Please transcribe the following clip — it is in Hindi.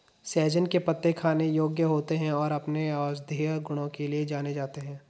सहजन के पत्ते खाने योग्य होते हैं और अपने औषधीय गुणों के लिए जाने जाते हैं